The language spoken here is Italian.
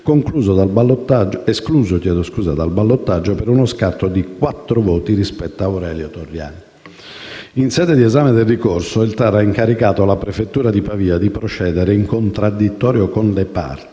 sindaco, Pier Ezio Ghezzi, escluso dal ballottaggio per uno scarto di quattro voti rispetto ad Aurelio Torriani. In sede di esame del ricorso, il TAR ha incaricato la prefettura di Pavia di procedere «in contraddittorio con le parti,